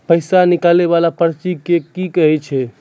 पैसा निकाले वाला पर्ची के की कहै छै?